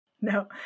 No